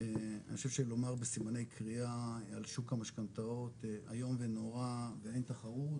אני חושב שלומר בסימני קריאה על שוק המשכנתאות איום ונורא ואין תחרות,